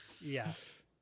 Yes